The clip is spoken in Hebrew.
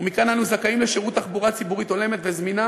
ומכאן שאנו זכאים לשירות תחבורה ציבורית הולמת וזמינה